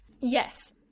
Yes